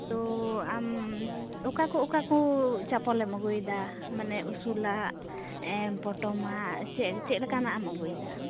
ᱛᱚ ᱟᱢ ᱚᱠᱟ ᱠᱚ ᱚᱠᱟ ᱠᱚ ᱪᱟᱯᱚᱞᱮᱢ ᱟᱹᱜᱩᱭᱮᱫᱟ ᱢᱟᱱᱮ ᱩᱥᱩᱞᱟᱜ ᱯᱚᱴᱚᱢᱟᱜ ᱥᱮ ᱪᱮᱫ ᱞᱮᱠᱟᱱᱟᱜ ᱮᱢ ᱟᱹᱜᱩᱭᱮᱫᱟ